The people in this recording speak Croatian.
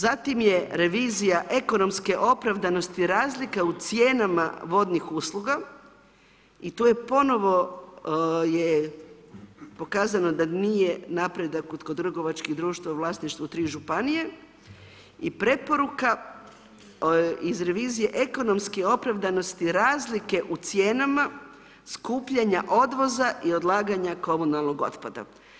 Zatim je revizija ekonomske opravdanosti razlika u cijenama vodnih usluga i to je ponovo je pokazano da nije napredak kod trgovačkih društva u vlasništvu 3 županije i preporuka iz revizije ekonomske opravdanosti razlike u cijenama skupljanja odvoza i odlaganja komunalnog otpada.